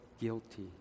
guilty